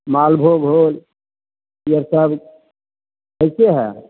मालभोग होल ई आर सब कैसे है